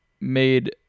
made